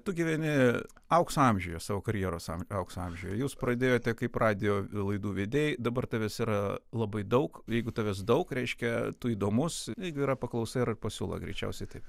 tu gyveni aukso amžiuje savo karjeros am aukso amžiuje jūs pradėjote kaip radijo laidų vedėjai dabar tavęs yra labai daug jeigu tavęs daug reiškia tu įdomus jeigu yra paklausa yra ir pasiūla greičiausiai taip